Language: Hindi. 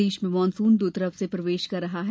प्रदेश में मानसून दो तरफ से प्रवेश कर रहा है